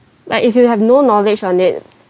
like if you have no knowledge on it